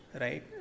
right